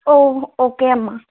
okay అమ్మ